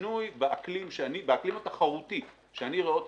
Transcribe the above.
השינוי באקלים התחרותי שאני רואה אותו